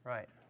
Right